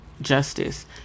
justice